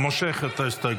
אני מושך אותה.